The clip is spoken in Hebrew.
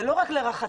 זה לא רק לרחצה